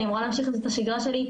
אני אמורה להמשיך עם זה את השגרה שלי.